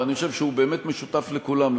ואני חושב שהוא באמת משותף לכולם,